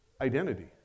Identity